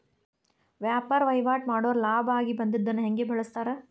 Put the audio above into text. ವ್ಯಾಪಾರ್ ವಹಿವಾಟ್ ಮಾಡೋರ್ ಲಾಭ ಆಗಿ ಬಂದಿದ್ದನ್ನ ಹೆಂಗ್ ಬಳಸ್ತಾರ